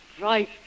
Right